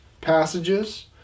passages